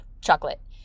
chocolate